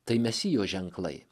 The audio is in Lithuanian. tai mesijo ženklai